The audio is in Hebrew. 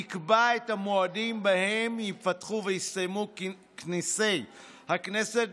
יקבע את המועדים בהם ייפתחו ויסתיימו כנסי הכנסת,